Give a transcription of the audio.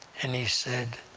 and he said,